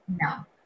No